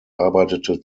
arbeitete